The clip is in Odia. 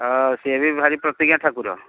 ହଁ ସେ ବି ଭାରି ପ୍ରତିଜ୍ଞା ଠାକୁର